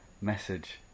message